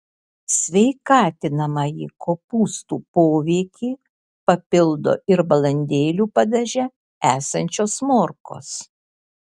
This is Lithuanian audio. sveikatinamąjį kopūstų poveikį papildo ir balandėlių padaže esančios morkos